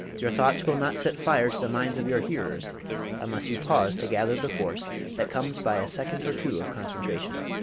your thoughts will not set fire to the minds of your hearers unless you pause to gather the force that comes by a second or two of concentration.